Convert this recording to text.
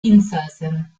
insassen